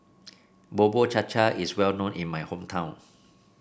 Bubur Cha Cha is well known in my hometown